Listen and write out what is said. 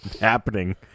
Happening